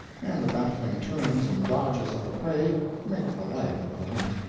and the baffling turns and dodges of the prey make the life of the hunt.